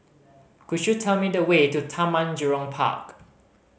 could you tell me the way to Taman Jurong Park